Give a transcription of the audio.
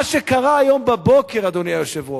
מה שקרה היום בבוקר, אדוני היושב-ראש.